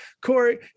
corey